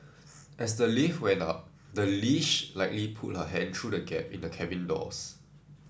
as the lift went up the leash likely pulled her hand through the gap in the cabin doors